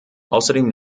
außerdem